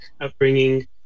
upbringing